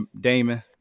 Damon